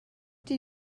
did